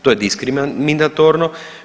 To je diskriminatorno.